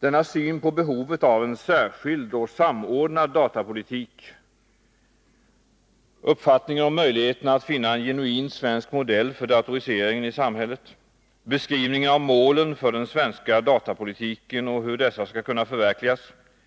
Denna syn på behovet av en särskild och samordnad datapolitik, uppfattningen om möjligheterna att finna en genuin svensk modell för datoriseringen i samhället och beskrivningen av målen för den svenska datapolitiken och hur dessa skall kunna förverkligas